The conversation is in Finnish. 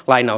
paino